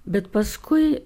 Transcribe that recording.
bet paskui